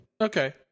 Okay